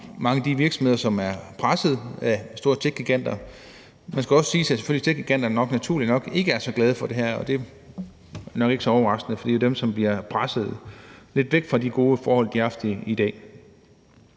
mange af de virksomheder, som er presset af de store techgiganter. Det skal også siges, at techgiganterne naturligt nok ikke er så glade for det her. Og det er nok ikke så overraskende, for det er jo dem, som bliver presset lidt væk fra de gode forhold, de har i dag.